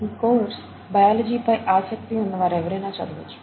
ఈ course biology పై ఆసక్తి ఉన్న వారు ఎవరైనా చదవొచ్చు